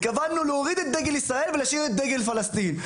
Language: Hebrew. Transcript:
הן התכוונו להוריד את דגל ישראל ולהשאיר את דגל פלסטין.